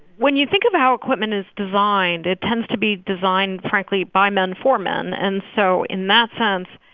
when you think of how equipment is designed, it tends to be designed, frankly, by men for men. and so in that sense,